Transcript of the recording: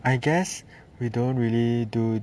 I guess we don't really do